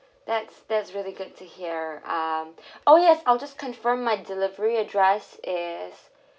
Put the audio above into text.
that's that's really good to hear um oh yes I'll just confirm my delivery address is